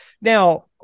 now